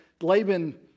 Laban